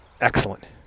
excellent